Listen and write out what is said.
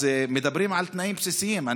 מדברים על תנאים בסיסיים,